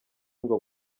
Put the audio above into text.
ngo